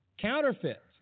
Counterfeit